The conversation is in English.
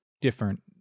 different